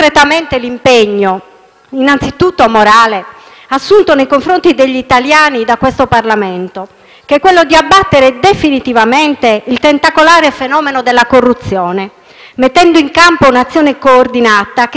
innanzitutto morale, assunto nei confronti degli italiani da questo Parlamento, quello di abbattere definitivamente il tentacolare fenomeno della corruzione, mettendo in campo un'azione coordinata che si estende a raggiera,